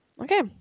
Okay